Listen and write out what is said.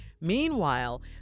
Meanwhile